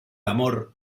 amor